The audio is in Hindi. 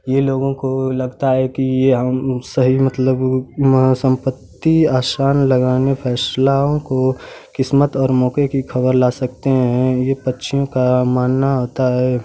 ये लोगों को लगता है कि ये हम सही मतलब संपत्ति आसान लगाने को असलाम को किस्मत और मौके की खबर ला सकते हैं ये पक्षियों का मानना होता है